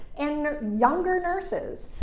and younger nurses.